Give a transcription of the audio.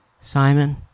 Simon